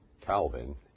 Calvin